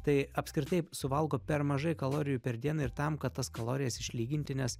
tai apskritai suvalgo per mažai kalorijų per dieną ir tam kad tas kalorijas išlyginti nes